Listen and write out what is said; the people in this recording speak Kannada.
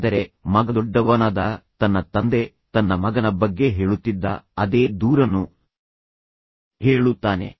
ಆದರೆ ಮಗ ದೊಡ್ಡವನಾದಾಗ ತನ್ನ ತಂದೆ ತನ್ನ ಮಗನ ಬಗ್ಗೆ ಹೇಳುತ್ತಿದ್ದ ಅದೇ ದೂರನ್ನು ಹೇಳುತ್ತಾನೆ